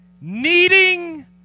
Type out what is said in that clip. needing